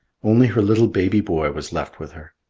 only her little baby boy was left with her.